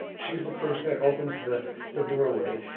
she's the person that opens the the doorway,